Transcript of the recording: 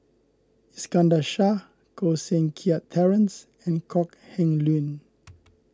Iskandar Shah Koh Seng Kiat Terence and Kok Heng Leun